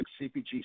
CPG